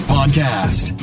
Podcast